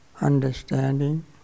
understanding